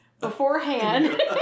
beforehand